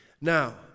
Now